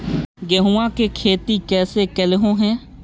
गेहूआ के खेती कैसे कैलहो हे?